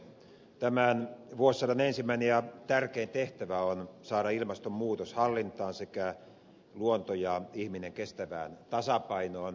tämän vuosisadan ensimmäinen ja tärkein tehtävä on saada ilmastonmuutos hallintaan sekä luonto ja ihminen kestävään tasapainoon